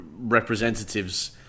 Representatives